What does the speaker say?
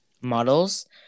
models